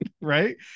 right